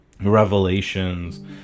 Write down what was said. revelations